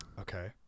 Okay